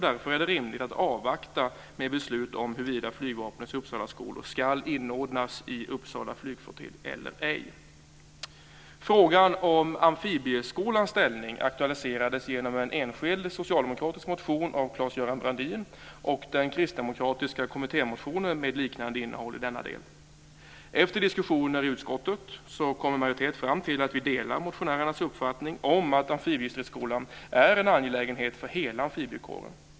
Därför är det rimligt att avvakta med beslut om huruvida Flygvapnets Uppsalaskolor ska inordnas i Upplands flygflottilj eller ej. Frågan om Amfibieskolans ställning har aktualiserats genom en enskild socialdemokratisk motion av Claes-Göran Brandin och genom en kristdemokratisk kommittémotion med ett liknande innehåll i denna del. Efter diskussioner i utskottet kom en majoritet fram till att vi delar motionärernas uppfattning om att Amfibiestridsskolan är en angelägenhet för hela amfibiekåren.